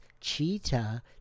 cheetah